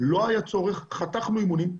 לא היה צורך, חתכנו אימונים.